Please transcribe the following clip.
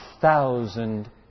thousand